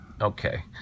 Okay